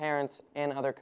parents and other